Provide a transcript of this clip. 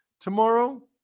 tomorrow